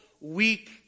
weak